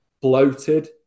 bloated